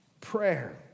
prayer